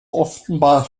offenbar